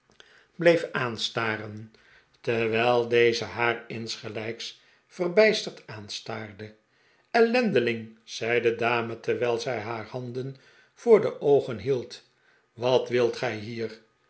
bleef aanstaren terwijl deze haar insgelijks verbijsterd aanstaarde ellendelingl zei de dame terwijl zij haar handen voor de oogen hield wat wilt gij hier